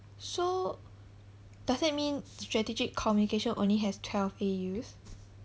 so does that mean strategic communication only has twelve A_Us